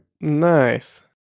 Nice